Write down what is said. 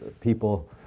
people